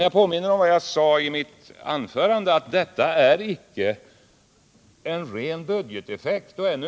Jag påminner om vad jag sade i mitt huvudanförande att detta inte är en ren budgeteffekt, än.